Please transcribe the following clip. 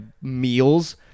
meals